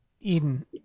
Eden